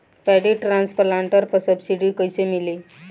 Paddy transplanter पर subsidy कैसे मिली?